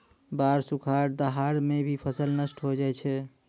बाढ़, सुखाड़, दहाड़ सें भी फसल नष्ट होय जाय छै